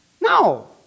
No